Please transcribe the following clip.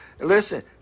Listen